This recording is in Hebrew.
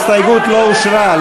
ההסתייגות לא אושרה.